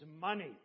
money